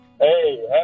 hey